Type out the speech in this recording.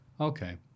Okay